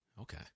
okay